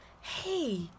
Hey